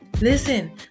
Listen